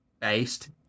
Based